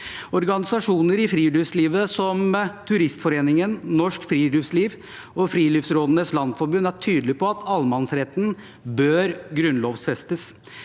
Organisasjoner innen friluftsliv, som Turistforeningen, Norsk Friluftsliv og Friluftsrådenes Landsforbund, er tydelige på at allemannsretten bør grunnlovfestes.